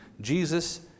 Jesus